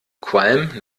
qualm